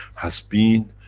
has been,